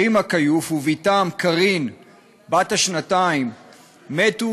רימא כיוף ובתם קארין בת השנתיים מתו